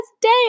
day